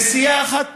נסיעה אחת פחות,